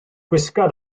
gwisga